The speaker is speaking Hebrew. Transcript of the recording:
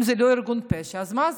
אם זה לא ארגון פשע, אז מה זה?